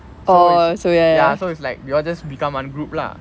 so it's so it's like we all just become a group lah